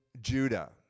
Judah